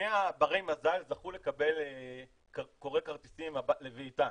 כ-100 ברי מזל זכו לקבל קורא כרטיסים לביתם.